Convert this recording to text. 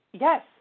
Yes